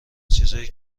چیزایی